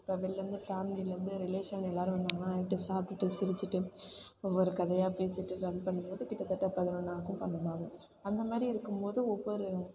இப்போ வெளில இருந்து ஃபேமிலியில் இருந்து ரிலேஷன் எல்லோரும் வந்தாங்கனா நைட்டு சாப்பிட்டுட்டு சிரிச்சுட்டு ஒவ்வொரு கதையாக பேசிட்டு ரன் பண்ணும்போது கிட்டத்தட்ட பதின்னொன்று ஆகும் பன்னெண்டாகும் அந்தமாதிரி இருக்கும் போது ஒவ்வொரு